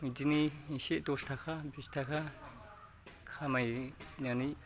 बिदिनो इसे दस थाखा बिस थाखा खामायनानै